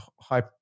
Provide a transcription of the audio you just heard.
high